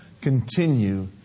continue